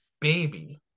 baby